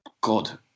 God